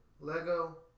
Lego